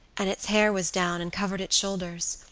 and its hair was down and covered its shoulders.